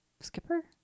Skipper